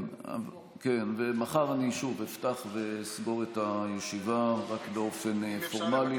מחר אפתח ואסגור את הישיבה רק באופן פורמלי.